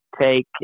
take